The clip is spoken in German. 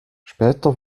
später